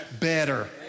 better